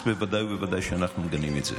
אז ודאי ובוודאי שאנחנו מגנים את זה.